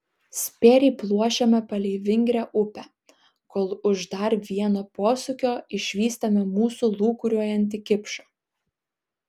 spėriai pluošiame palei vingrią upę kol už dar vieno posūkio išvystame mūsų lūkuriuojantį kipšą